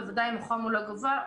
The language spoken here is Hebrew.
בוודאי אם החום הוא לא גבוה,